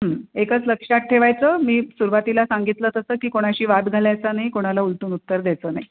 एकच लक्षात ठेवायचं मी सुरवातीला सांगितलं तसं की कोणाशी वाद घालायचा नाही कोणाला उलटून उत्तर द्यायचं नाही